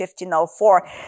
1504